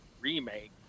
remake